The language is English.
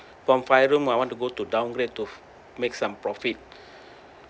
from five room I want to go to downgrade to make some profit